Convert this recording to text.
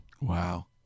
Wow